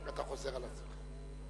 אתה חוזר על עצמך.